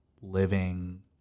living